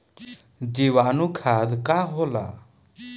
जीवाणु खाद का होला?